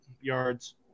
yards